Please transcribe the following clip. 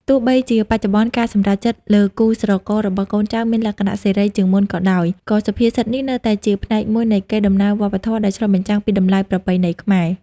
ទោះបីជាបច្ចុប្បន្ន ការសម្រេចចិត្តលើគូស្រកររបស់កូនចៅមានលក្ខណៈសេរីជាងមុនក៏ដោយ ក៏សុភាសិតនេះនៅតែជាផ្នែកមួយនៃកេរដំណែលវប្បធម៌ដែលឆ្លុះបញ្ចាំងពីតម្លៃប្រពៃណីខ្មែរ។